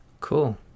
Cool